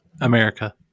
America